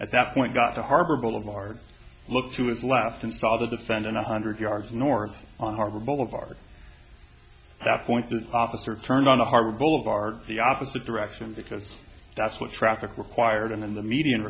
at that point got to harbor boulevard looked to his left and saw the defendant a hundred yards north on harbor boulevard that point this officer turned on the harbor boulevard the opposite direction because that's what traffic required in the median